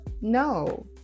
no